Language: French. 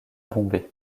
bombay